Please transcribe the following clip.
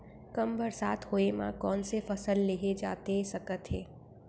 कम बरसात होए मा कौन से फसल लेहे जाथे सकत हे?